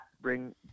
bring